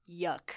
yuck